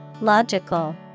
Logical